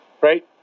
right